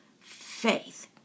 faith